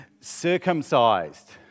circumcised